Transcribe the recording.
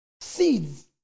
seeds